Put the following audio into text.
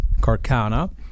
Carcana